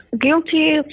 guilty